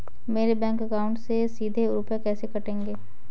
मेरे bank account से सीधे रुपए कैसे कटेंगे?